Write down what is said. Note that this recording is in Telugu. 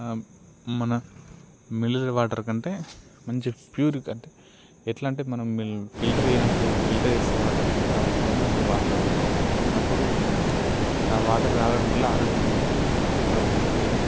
మన మిల్లర్ వాటర్ కంటే మంచి ప్యూర్ ఎట్లా అంటే మనం ఫిల్టర్ చేయనప్పుడు ఫిల్టర్ చేస్తే వాటర్ ఎలా ఉంటాయో ఆ విధంగా ఉంటాయి వాటరు అప్పుడు ఆ వాటర్ తాగడం వల్ల ఆరోగ్యం కూడా బాగా మంచిది